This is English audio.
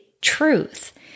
truth